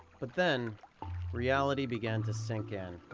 but then reality began to sink in.